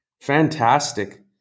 Fantastic